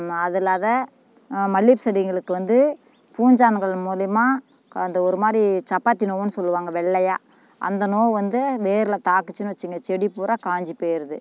அதுவும் இல்லாத மல்லிகைப்பூ செடிங்களுக்கு வந்து பூஞ்சான்கள் மூலியமாக அந்த ஒருமாதிரி சப்பாத்தி நோவுன்னு சொல்லுவாங்க வெள்ளையாக அந்த நோவு வந்து வேரில் தாக்கிச்சின்னு வச்சுக்ங்க செடி பூரா காஞ்சி போயிருது